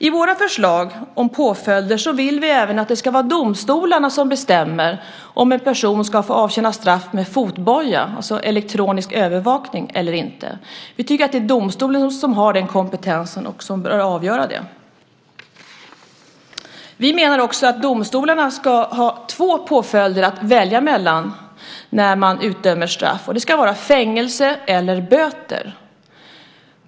I våra förslag om påföljder vill vi även att det ska vara domstolarna som bestämmer om en person ska få avtjäna straff med fotboja, alltså elektronisk övervakning eller inte. Vi tycker att det är domstolen som har den kompetensen och som bör avgöra detta. Vi menar också att domstolarna ska ha två olika påföljder att välja mellan när de utdömer straff. Det ska vara fängelse eller böter.